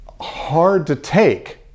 hard-to-take